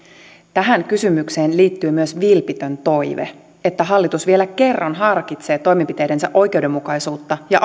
tähän kysymykseen liittyy myös vilpitön toive että hallitus vielä kerran harkitsee toimenpiteidensä oikeudenmukaisuutta ja